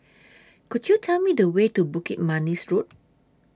Could YOU Tell Me The Way to Bukit Manis Road